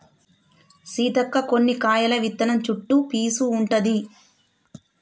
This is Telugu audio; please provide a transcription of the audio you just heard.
సీతక్క కొన్ని కాయల విత్తనం చుట్టు పీసు ఉంటది